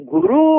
Guru